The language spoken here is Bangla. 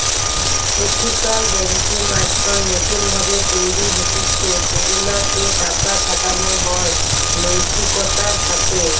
এথিকাল বেঙ্কিং আজকাল নতুন ভাবে তৈরী হতিছে সেগুলা তে টাকা খাটানো হয় নৈতিকতার সাথে